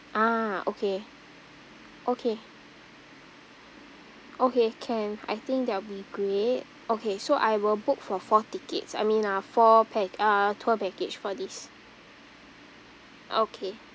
ah okay okay okay can I think that'll be great okay so I will book for four tickets I mean uh four pax uh tour package for this okay